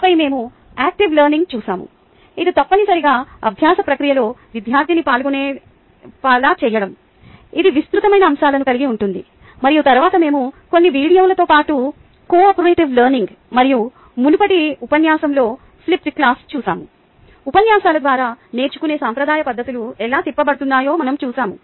ఆపై మేము active learning చూశాము ఇది తప్పనిసరిగా అభ్యాస ప్రక్రియలో విద్యార్థిని పాల్గొనేలా చెయ్యడం ఇది విస్తృతమైన అంశాలను కలిగి ఉంటుంది మరియు తరువాత మేము కొన్ని వీడియోలతో పాటు కోఆపరేటివ్ లెర్నింగ్ చూశాము మరియు మునుపటి ఉపన్యాసంలో ఫ్లిప్పెడ్ క్లాస్ చూసాము ఉపన్యాసాల ద్వారా నేర్చుకునే సాంప్రదాయ పద్ధతులు ఎలా తిప్పబడుతున్నాయో మనం చూశాము